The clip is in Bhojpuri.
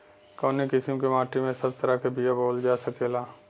कवने किसीम के माटी में सब तरह के बिया बोवल जा सकेला?